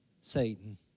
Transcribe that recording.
Satan